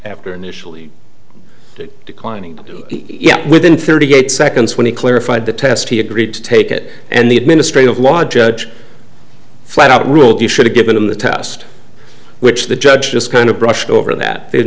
after initially declining yeah within thirty eight seconds when he clarified the test he agreed to take it and the administrative law judge flat out ruled you should have given him the test which the judge just kind of brushed over that the